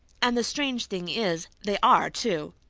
and the strange thing is, they are, too.